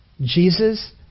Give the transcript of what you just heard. Jesus